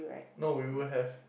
no we will have